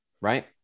right